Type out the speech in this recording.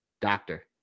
doctor